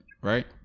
Right